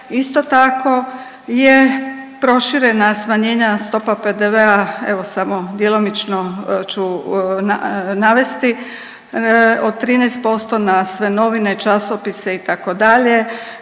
Isto tako je proširena smanjenja stopa PDV-a, evo samo djelomično ću navesti, od 13% na sve novine, časopise, itd.,